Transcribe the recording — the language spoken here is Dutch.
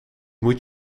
moet